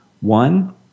One